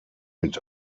mit